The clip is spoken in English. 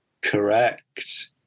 Correct